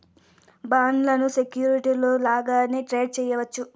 బాండ్లను సెక్యూరిటీలు లాగానే ట్రేడ్ చేయవచ్చు